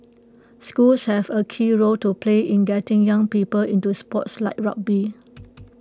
schools have A key role to play in getting young people into sports like rugby